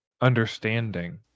understanding